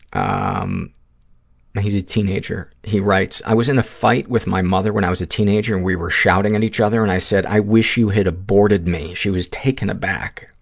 um he's a teenager. he writes, i was in a fight with my mother when i was a teenager and we were shouting at each other and i said, i wish you had aborted me. she was taken aback,